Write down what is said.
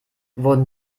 wurden